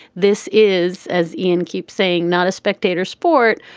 this is, as ian keeps saying, not a spectator sport.